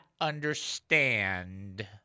understand